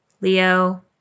Leo